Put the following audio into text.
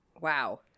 Wow